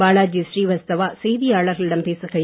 பாலாஜி ஸ்ரீவத்சவா செய்தியார்களிடம் பேசுகையில்